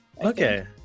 Okay